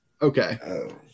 okay